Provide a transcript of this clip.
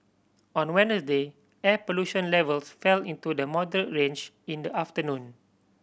on Wednesday air pollution levels fell into the modern range in the afternoon